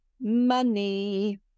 money